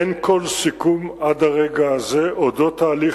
אין כל סיכום עד הרגע הזה על תהליך